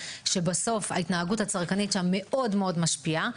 שבסוף ההתנהגות הצרכנית שם מאוד מאוד משפיעה.